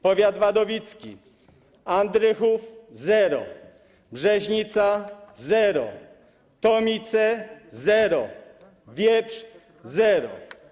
Powiat wadowicki: Andrychów - zero, Brzeźnica - zero, Tomice - zero, Wieprz - zero.